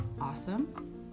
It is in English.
Awesome